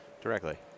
directly